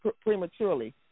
Prematurely